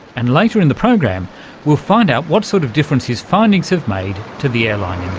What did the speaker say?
and later in the program we'll find out what sort of difference his findings have made to the airline